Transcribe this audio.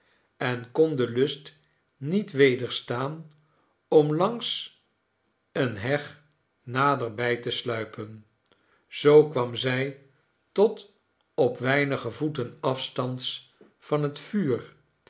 en kon den lust niet wederstaan om langs eene heg naderbij te sluipen zoo kwam zij tot op weinige voeten afstands van het vuur